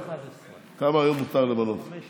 כמה מותר למנות היום?